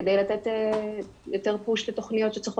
כדי לתת יותר פוש לתוכניות שצריכות